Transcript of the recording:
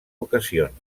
ocasions